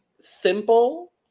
simple